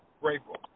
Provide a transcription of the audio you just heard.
grateful